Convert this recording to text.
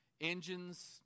Engines